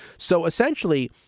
so essentially,